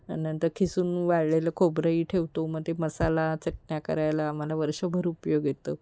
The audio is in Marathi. नंतर किसून वाळलेलं खोबरंही ठेवतो मग ते मसाला चटण्या करायला आम्हाला वर्षभर उपयोग येतं